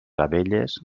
abelles